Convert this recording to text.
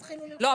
לא,